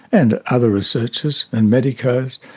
and other researchers and medicos,